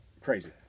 crazy